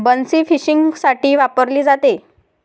बन्सी फिशिंगसाठी वापरली जाते